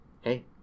hey